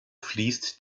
fließt